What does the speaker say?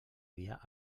via